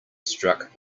struck